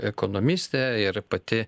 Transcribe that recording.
ekonomistė ir pati